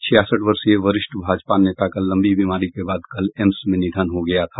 छियासठ वर्षीय वरिष्ठ भाजपा नेता का लंबी बीमारी के बाद कल एम्स में निधन हो गया था